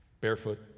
barefoot